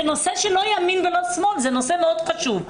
זה לא נושא של ימין ושמאל, זה נושא מאוד חשוב.